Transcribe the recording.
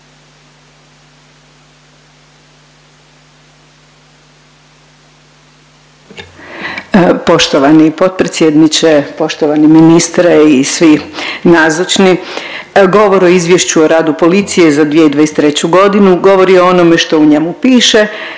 Poštovani potpredsjedniče, poštovani ministre i svi nazočni govor o izvješću o radu policije za 2023. godinu govori o onome što u njemu piše